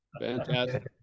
Fantastic